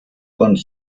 und